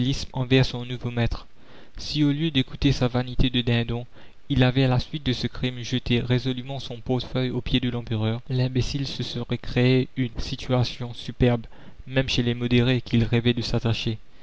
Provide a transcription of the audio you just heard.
maître si au lieu d'écouter sa vanité de dindon il avait à la suite de ce crime jeté résolument son portefeuille aux pieds de l'empereur l'imbécile se serait créé une situation superbe même chez les modérés qu'il rêvait de s'attacher